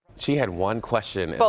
she had one question but